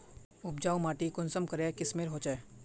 उपजाऊ माटी कुंसम करे किस्मेर होचए?